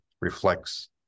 reflects